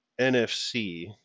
NFC